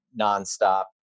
nonstop